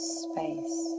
space